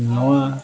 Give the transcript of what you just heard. ᱱᱚᱣᱟ